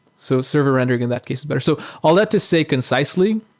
so server rendering in that case. and but so all that to say, concisely,